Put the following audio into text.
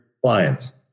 clients